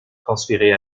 transférée